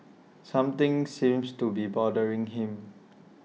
something seems to be bothering him